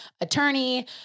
attorney